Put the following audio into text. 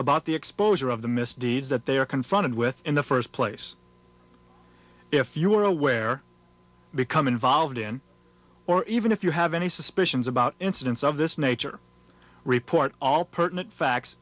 about the exposure of the misdeeds that they are confronted with in the first place if you are aware become involved in or even if you have any suspicions about incidents of this nature report all pertinent facts